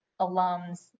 alums